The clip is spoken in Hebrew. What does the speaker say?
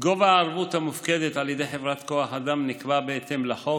גובה הערבות המופקדת על ידי חברת כוח אדם נקבע בהתאם לחוק